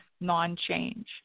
non-change